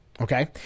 Okay